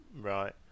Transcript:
right